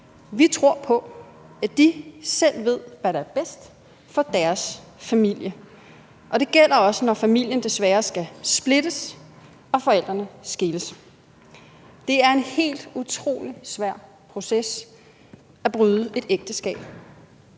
Vi tror på, at de bedst selv ved, hvad der er bedst for deres familie. Og det gælder også, når familien desværre skal splittes og forældrene skilles. Det er en helt utrolig svær proces at bryde et ægteskab